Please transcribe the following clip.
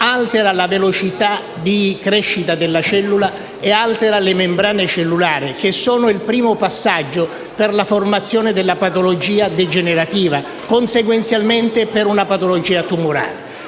alterano la velocità di crescita della cellula e delle membrane cellulari, che sono il primo passaggio per la formazione della patologia degenerativa e, conseguentemente, della patologia tumorale.